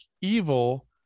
evil